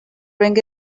ring